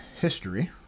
history